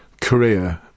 career